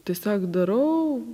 tiesiog darau